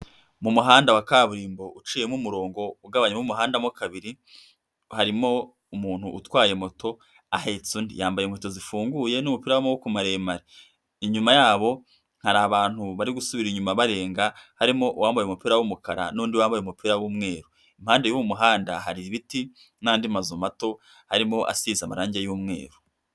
Mu muhanda wa kaburimbo uciyemo umurongo ugabanyamo umuhanda mo kabiri, harimo umuntu utwaye moto ahetse undi. Yambaye inkweto zifunguye n'umupira w'amaboko maremare. Inyuma yabo hari abantu bari gusubira inyuma barenga, harimo uwambaye umupira wumukara n'undi wambaye umupira w'umweru. Impande y'uwo muhanda hari ibiti n'andi mazu mato arimo asize amarangi y'umweru.